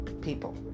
people